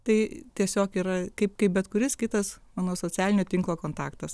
tai tiesiog yra kaip kaip bet kuris kitas mano socialinio tinklo kontaktas